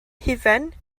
hufen